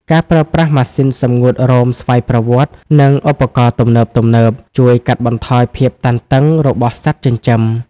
ការប្រើប្រាស់ម៉ាស៊ីនសម្ងួតរោមស្វ័យប្រវត្តិ និងឧបករណ៍ទំនើបៗ ជួយកាត់បន្ថយភាពតានតឹង របស់សត្វចិញ្ចឹម។